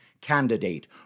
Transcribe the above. candidate